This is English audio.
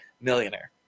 Millionaire